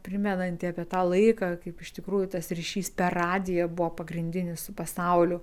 primenanti apie tą laiką kaip iš tikrųjų tas ryšys per radiją buvo pagrindinis su pasauliu